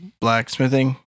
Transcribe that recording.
blacksmithing